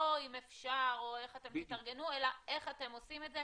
לא אם אפשר אלא איך אתם עושים את זה.